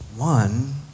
One